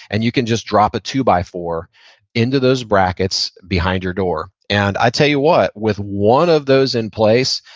and you can just drop a two-by-four into those brackets behind your door and i tell you what, with one of those in place,